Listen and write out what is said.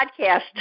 podcast